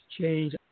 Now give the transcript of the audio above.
change